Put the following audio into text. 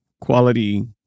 quality